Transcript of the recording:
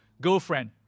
girlfriend